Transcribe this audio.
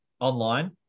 online